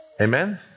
Amen